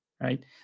right